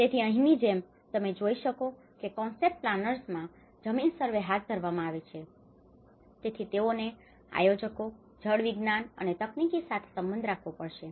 તેથી અહીંની જેમ તમે જોઈ શકો છો કે કોન્સેપ્ટ પ્લાનર્સમાં concept planers ખ્યાલ આયોજક જમીન સર્વે હાથ ધરવામાં આવે છે તેથી તેઓને આયોજકો જળ વિજ્ઞાન અને તકનીકી સાથે સંબંધ રાખવો પડશે